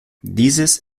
dieses